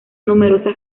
numerosas